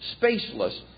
spaceless